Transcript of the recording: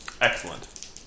Excellent